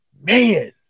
man